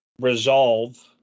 resolve